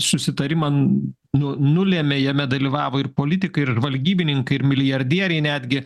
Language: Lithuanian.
susitarimam nu nulėmė jame dalyvavo ir politikai ir žvalgybininkai ir milijardieriai netgi